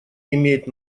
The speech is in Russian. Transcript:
имеет